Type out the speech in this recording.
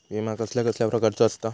विमा कसल्या कसल्या प्रकारचो असता?